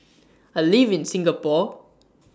I live in Singapore